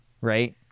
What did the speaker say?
right